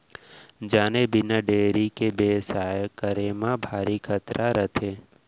जाने बिना डेयरी के बेवसाय करे म भारी खतरा रथे